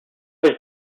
was